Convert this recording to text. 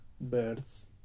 birds